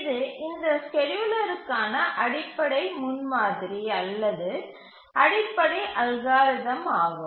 இது இந்த ஸ்கேட்யூலருக்கான அடிப்படை முன்மாதிரி அல்லது அடிப்படை அல்காரிதம் ஆகும்